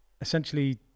essentially